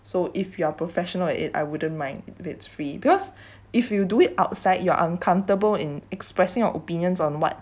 so if you are professional in it I wouldn't mind if it's free because if you do it outside you're uncomfortable in expressing our opinions on what